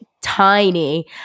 tiny